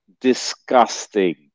disgusting